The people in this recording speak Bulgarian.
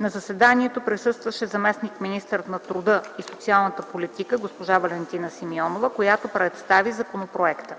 На заседанието присъстваше заместник-министърът на труда и социалната политика Валентина Симеонова, която представи законопроекта.